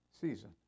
season